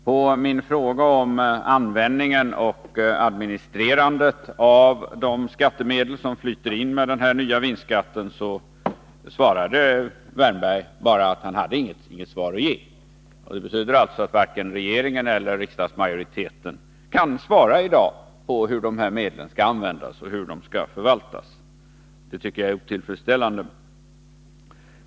På min fråga om användningen och administrerandet av de skattemedel som flyter in med den här nya vinstskatten svarade Erik Wärnberg bara att han inte hade något svar att ge. Det betyder att varken regeringen eller riksdagsmajoriteten i dag har något svar på frågan hur medlen skall användas och förvaltas. Det är otillfredsställande.